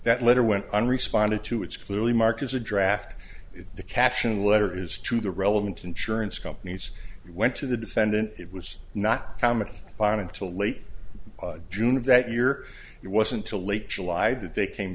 that letter went on responded to it's clearly marked as a draft the caption letter is to the relevant insurance companies went to the defendant it was not commented upon until late june of that year it wasn't till late july that they came